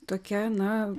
tokia na